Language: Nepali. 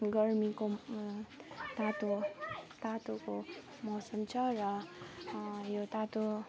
गर्मीको तातो तातोको मौसम छ र यो तातो